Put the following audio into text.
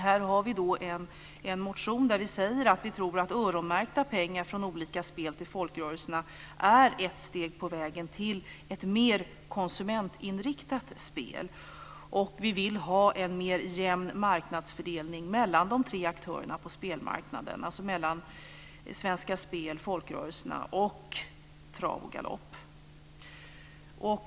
Vi har en motion där vi säger att vi tror att öronmärkta pengar från olika spel till folkrörelserna är ett steg på vägen till ett mer konsumentinriktat spel. Vi vill ha en jämnare marknadsfördelning mellan de tre aktörerna på spelmarknaderna, dvs. mellan Svenska Spel, folkrörelserna och Trav och Galopp.